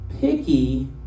picky